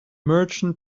merchant